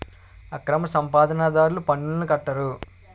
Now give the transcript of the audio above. అక్రమ సంపాదన దారులు పన్నులను కట్టరు